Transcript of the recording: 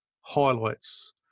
highlights